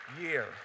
year